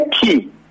key